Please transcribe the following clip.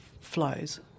flows